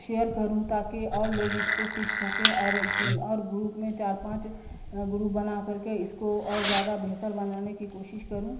share کروں تاکہ اور لوگ اس کو سیکھ سکے اور اور گروپ میں چار پانچ گروپ بنا کر کے اس کو اور زیادہ بہتر بنانے کی کوشش کروں